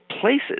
places